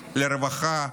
לרווחה,